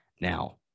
Now